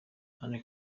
anne